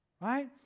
Right